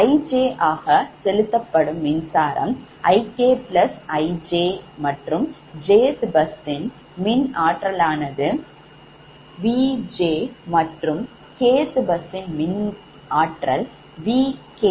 Ij ஆக செலுத்தப்படும் மின்சாரம்IkIj மற்றும் jth bus இன் மின்ஆற்றலானது Vj மற்றும் kth bus மின்னாற்றல் Vk